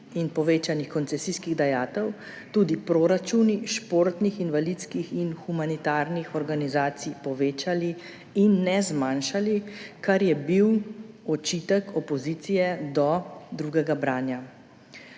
in povečanih koncesijskih dajatev tudi proračuni športnih, invalidskih in humanitarnih organizacij povečali in ne zmanjšali, kar je bil očitek opozicije do drugega branja.